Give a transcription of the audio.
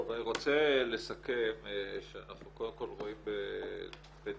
אני רוצה לסכם שאנחנו קודם כל רואים בדאגה